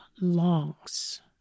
longs